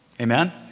Amen